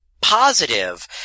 positive